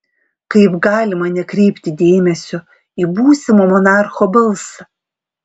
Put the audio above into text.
kaip galima nekreipti dėmesio į būsimo monarcho balsą